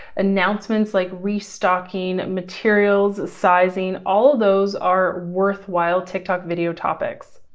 announcements like restocking materials, sizing, all of those are worthwhile tiktok video topics.